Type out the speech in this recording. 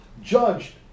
judged